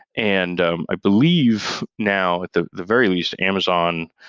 and i believe now, at the the very least, amazon,